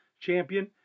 champion